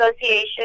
Association